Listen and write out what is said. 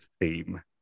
theme